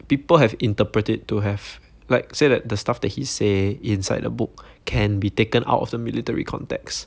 people have interpret it to have like say that the stuff that he say inside the book can be taken out of the military context